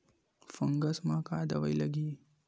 Fungus म का दवाई लगी?